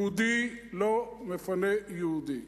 יהודי לא מפנה יהודי.